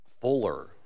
fuller